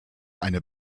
eine